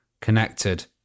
connected